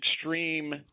extreme